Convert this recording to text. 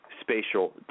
spatial